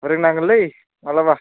फोरोंनांगोनलै मालाबा